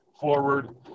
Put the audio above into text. forward